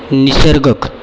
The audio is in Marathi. निसर्गक